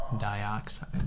dioxide